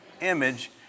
image